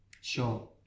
sure